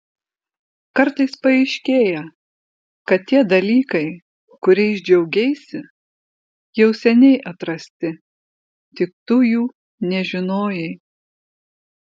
kartais paaiškėja kad tie dalykai kuriais džiaugeisi jau seniai atrasti tik tu jų nežinojai